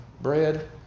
bread